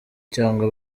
cyangwa